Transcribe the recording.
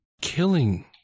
Killing